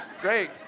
great